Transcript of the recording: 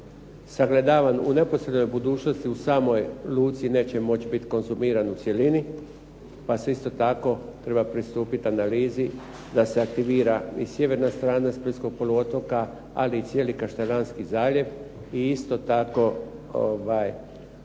sagledavan u neposrednoj budućnosti u samoj luci neće moći biti konzumiran u cjelini pa se isto tako treba pristupiti analizi da se aktivira i sjeverna strana splitskog poluotoka, ali i cijeli Kaštelanski zaljev i isto tako